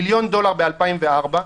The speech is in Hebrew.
מיליון דולר בשנת 2004,